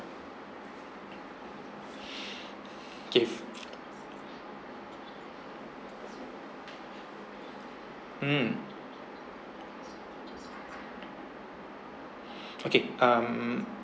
okay mm okay hmm